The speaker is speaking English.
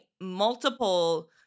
multiple